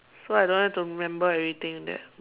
so I don't have to remember everything that